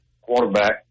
quarterback